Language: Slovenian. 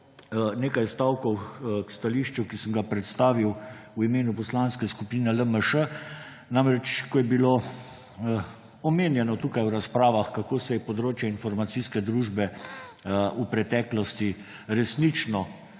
nekaj stavkov k stališču, ki sem ga predstavil v imenu poslanske skupine LMŠ. Namreč, ko je bilo omenjeno tukaj v razpravah kako se je področje informacijske družbe v preteklosti resnično